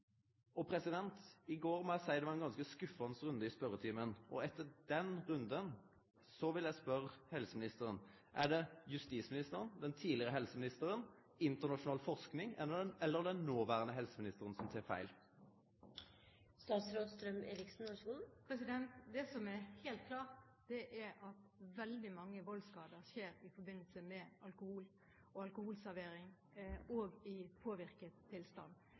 I går, må eg seie, var det ein ganske skuffande runde i spørjetimen. Etter den runden vil eg spørje helseministeren: Er det justisministeren, den tidlegare helseministeren, internasjonal forsking eller den noverande helseministeren som tek feil? Det som er helt klart, er at veldig mange voldsskader skjer i forbindelse med alkohol og alkoholservering – også i påvirket tilstand.